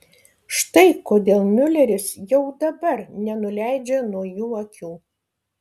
štai kodėl miuleris jau dabar nenuleidžia nuo jų akių